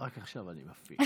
רק עכשיו אני מפעיל.